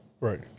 Right